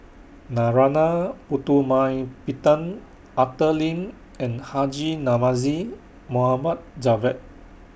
Narana Putumaippittan Arthur Lim and Haji Namazie Mohd Javad